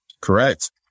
Correct